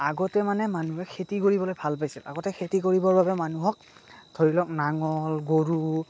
আগতে মানে মানুহে খেতি কৰিবলে ভাল পাইছিল আগতে খেতি কৰিবৰ কাৰণে মানুহক ধৰি লওক নাঙল গৰু